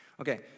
Okay